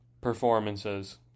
Performances